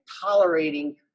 tolerating